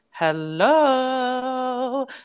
Hello